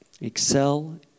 Excel